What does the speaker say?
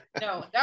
no